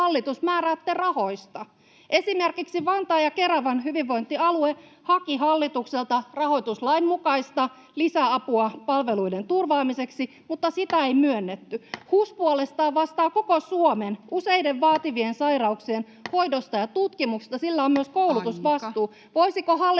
hallitus, määräätte rahoista. Esimerkiksi Vantaan ja Keravan hyvinvointialue haki hallitukselta rahoituslain mukaista lisäapua palveluiden turvaamiseksi, mutta sitä ei myönnetty. HUS puolestaan vastaa koko Suomen useiden vaativien sairauksien hoidosta ja tutkimuksesta, ja sillä on myös koulutusvastuu. [Puhemies: